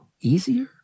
easier